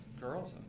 girls